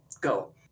go